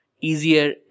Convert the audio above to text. easier